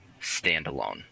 standalone